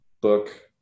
book